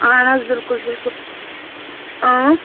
اَہَن حظ بِلکُل بِلکُل